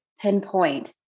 pinpoint